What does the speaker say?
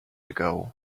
ago